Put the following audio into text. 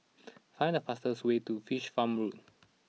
find the fastest way to Fish Farm Road